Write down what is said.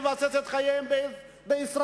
לבסס את חייהם בישראל,